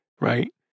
Right